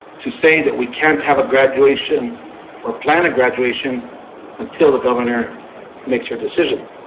to say that we can't have a graduation or plan a graduation until the governor makes her decision.